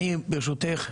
ברשותך,